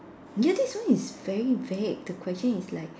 ya this one is very vague the question is like